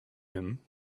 him